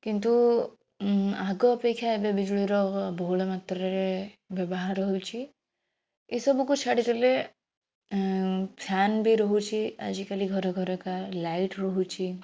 କିନ୍ତୁ ଆଗ ଅପେକ୍ଷା ଏବେ ବିଜୁଳିର ବହୁଳ ମାତ୍ରାରେ ବ୍ୟବହାର ହେଉଛି ଏସବୁକୁ ଛାଡ଼ିଦେଲେ ଫ୍ୟାନବି ରହୁଛି ଆଜିକାଲି ଘରଘରକା ଲାଇଟ ରହୁଛି